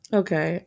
okay